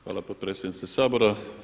Hvala potpredsjednice Sabora.